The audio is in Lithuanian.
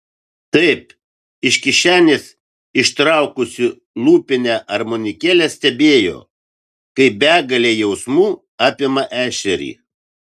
taip iš kišenės ištraukusi lūpinę armonikėlę stebėjo kaip begalė jausmų apima ešerį